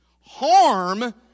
Harm